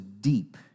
deep